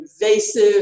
invasive